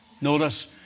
Notice